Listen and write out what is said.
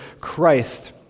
Christ